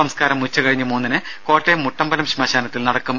സംസ്കാരം ഇന്ന് ഉച്ച കഴിഞ്ഞ് മൂന്നിന് കോട്ടയം മുട്ടമ്പലം ശ്മശാനത്തിൽ നടക്കും